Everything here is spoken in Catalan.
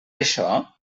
això